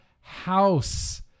House